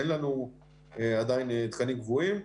אין לנו עדיין תקנים קבועים.